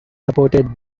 supported